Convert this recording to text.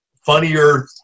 funnier